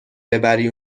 ببری